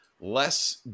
less